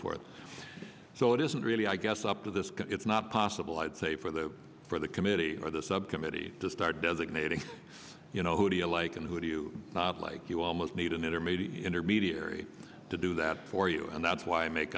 forth so it isn't really i guess up to this it's not possible i'd say for the for the committee or the subcommittee to start designating you know who do you like and who do not like you almost need an intermediate intermediary to do that for you and that's why i make